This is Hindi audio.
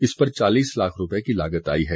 इस पर चालीस लाख रुपए की लागत आई है